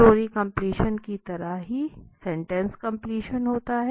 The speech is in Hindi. स्टोरी कम्पलीशन की तरह ही सेंटेंस कम्पलीशन होता है